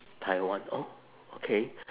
taiwan oh okay